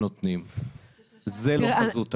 זה לא חזות הכול.